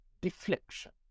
deflection